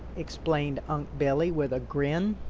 explained unc' billy with a grin.